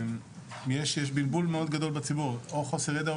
יש בלבול מאוד גדול בציבור או חוסר ידע.